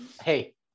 hey